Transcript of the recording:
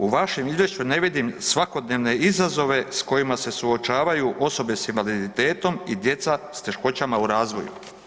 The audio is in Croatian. U vašem izvješću ne vidim svakodnevne izazove s kojima se suočavaju osobe s invaliditetom i djeca s teškoćama u razvoju.